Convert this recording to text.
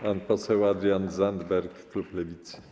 Pan poseł Adrian Zandberg, klub Lewicy.